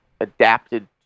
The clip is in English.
adapted